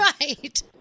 Right